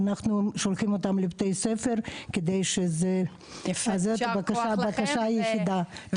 ואנחנו שולחים אותם לבתי ספר --- אז זאת הבקשה היחידה.